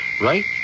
Right